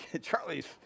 Charlie's